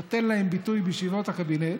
הוא נותן להם ביטוי בישיבות הקבינט,